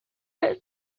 believe